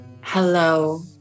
Hello